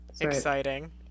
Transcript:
Exciting